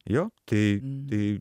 jo tai tai